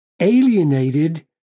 alienated